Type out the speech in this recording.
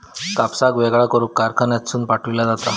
कापसाक वेगळा करून कारखान्यातसून पाठविला जाता